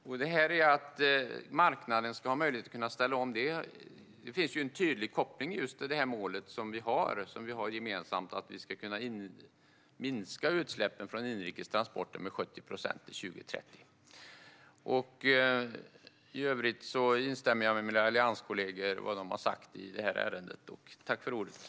När det gäller det här att marknaden ska ha möjlighet att kunna ställa om finns det en tydlig koppling i just det här målet som vi har gemensamt om att vi ska kunna minska utsläppen från inrikes transporter med 70 procent till 2030. I övrigt instämmer jag med mina allianskollegor när det gäller vad de har sagt i det här ärendet.